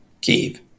Kiev